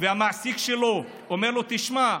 שהמעסיק שלו אומר לו: תשמע,